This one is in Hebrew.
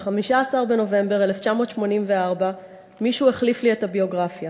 ב-15 בנובמבר 1984 מישהו החליף לי את הביוגרפיה.